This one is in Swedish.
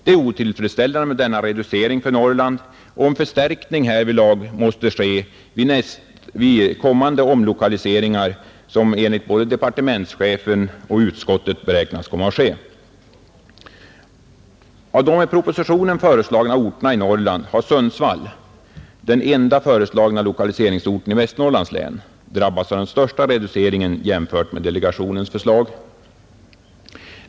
Det är otillfredsställande med denna reducering för Norrland, och en förstärkning härvidlag måste ske vid de kommande omlokaliseringar som enligt både departementschefen och utskottet beräknas äga rum, Av de i propositionen föreslagna orterna i Norrland har Sundsvall — den enda föreslagna lokaliseringsorten inom Västernorrlands län — drabbats av den största reduceringen jämfört med delegationens förslag.